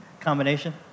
Combination